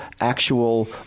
actual